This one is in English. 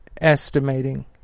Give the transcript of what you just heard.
estimating